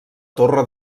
torre